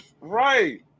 Right